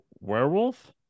werewolf